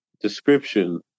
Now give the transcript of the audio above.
description